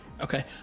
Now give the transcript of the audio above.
Okay